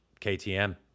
KTM